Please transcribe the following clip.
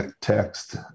text